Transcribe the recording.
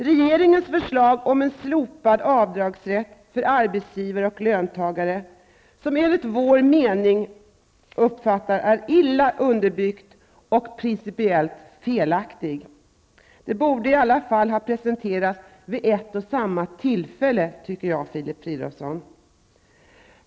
Regeringens förslag om en slopad avdragsrätt för arbetsgivare och löntagare, som enligt vår uppfattning är illa underbyggt och principiellt felaktigt, borde i alla fall ha presenterats vid ett och samma tillfälle, Filip Fridolfsson.